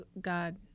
God